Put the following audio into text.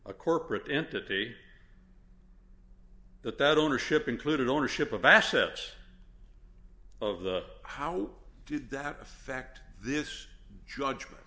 a corporate entity that that ownership included ownership of assets of the how did that affect this judgment